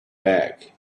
back